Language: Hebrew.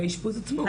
באשפוז עצמו.